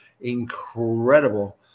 incredible